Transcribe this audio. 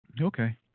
Okay